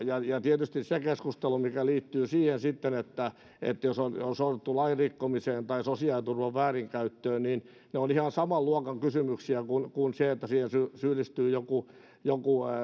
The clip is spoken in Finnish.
tietysti se keskustelu mikä liittyy sitten siihen että jos sortuu lain rikkomiseen tai sosiaaliturvan väärinkäyttöön on ihan saman luokan kysymyksiä kuin se että siihen syyllistyy joku joku